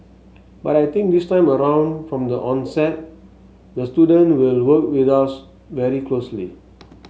but I think this time around from the onset the student will work with us very closely